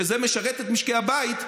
וזה משרת את משקי הבית,